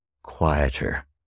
quieter